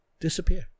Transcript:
Disappear